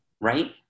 right